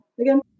again